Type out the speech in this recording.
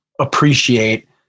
appreciate